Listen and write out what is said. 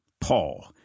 Paul